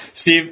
Steve